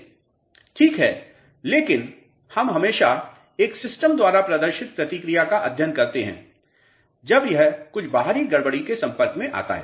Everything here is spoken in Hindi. छात्र ठीक है लेकिन हम हमेशा एक सिस्टम द्वारा प्रदर्शित प्रतिक्रिया का अध्ययन करते हैं जब यह कुछ बाहरी गड़बड़ी के संपर्क में आता है